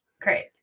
Great